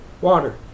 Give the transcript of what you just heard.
water